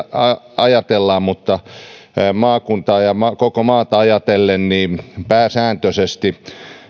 ajatellaan mutta maakuntaa ja koko maata ajatellen pääsääntöisesti